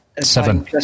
Seven